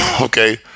okay